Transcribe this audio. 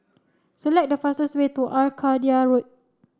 select the fastest way to Arcadia Road